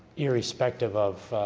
irrespective of